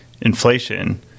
inflation